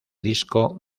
disco